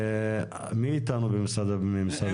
מי איתנו במשרד הפנים?